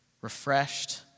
refreshed